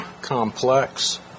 complex